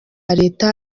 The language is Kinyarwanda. leta